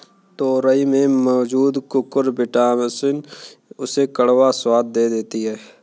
तोरई में मौजूद कुकुरबिटॉसिन उसे कड़वा स्वाद दे देती है